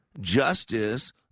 Justice